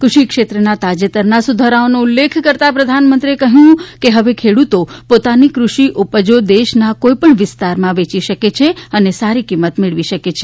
ક્રષિ ક્ષેત્રના તાજેતરના સુધારાઓનો ઉલ્લેખ કરતા પ્રધાનમંત્રીએ કહ્યું કે હવે ખેડૂતો પોતાની ક઼ષિ ઉપજો દેશના કોઈપણ વિસ્તારમાં વેચી શકે છે અને સારી કિંમત મેળવી શકે છે